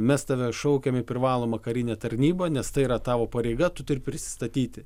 mes tave šaukiam į privalomą karinę tarnybą nes tai yra tavo pareiga tu turi prisistatyti